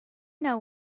know